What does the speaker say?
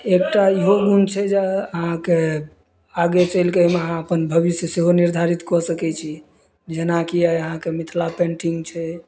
एकटा इहो गुण छै जे अहाँके आगे चलि कऽ एहिमे अहाँ अपन भविष्य सेहो निर्धारित कऽ सकैत छी जेनाकि आइ अहाँके मिथिला पेन्टिंग छै